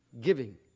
giving